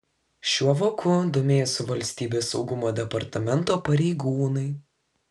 šiuo voku domėjosi valstybės saugumo departamento pareigūnai